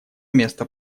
место